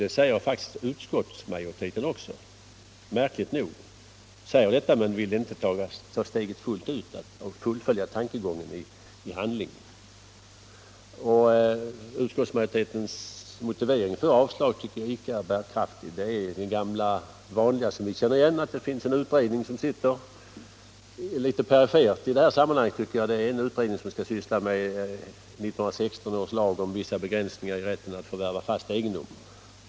Det anser faktiskt utskottsmajoriteten också, märkligt nog, men vill inte fullfölja tankegången i handling. Utskottsmajoritetens motivering för avslag tycker vi inte är bärkraftig. Det är den gamla vanliga, som vi känner igen, nämligen att det sitter en utredning -— litet perifert i detta sammanhang, tycker jag - nämligen en utredning som skall syssla med 1916 års lag om vissa begränsningar i rätten att förvärva fast egendom.